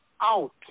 out